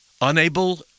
Unable